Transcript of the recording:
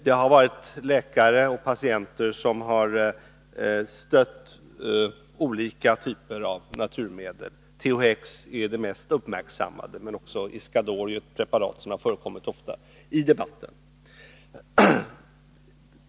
Läkare och patienter har stött krav på godkännande av olika typer av naturmedel. THX är det mest uppmärksammade, men också Iscador är ett preparat som har förekommit ofta i debatten.